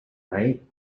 right